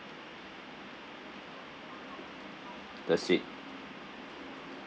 the suite